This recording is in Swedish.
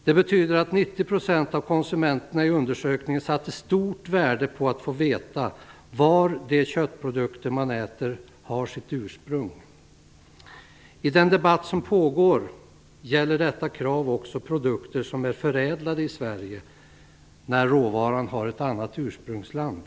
Det betyder att 90 % av konsumenterna i undersökningen satte stort värde på att få veta var de köttprodukter man äter har sitt ursprung. I den debatt som pågår gäller detta krav också produkter som är förädlade i Sverige när råvaran har ett annat ursprungsland.